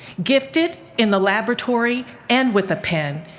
gifted in the laboratory and with a pen,